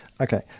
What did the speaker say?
Okay